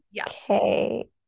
Okay